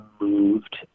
moved